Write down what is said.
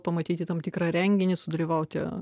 pamatyti tam tikrą renginį sudalyvauti